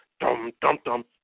dum-dum-dum